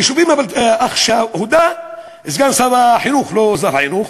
עכשיו הודה סגן שר החינוך, לא שר החינוך,